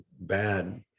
bad